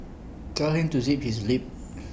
tell him to zip his lip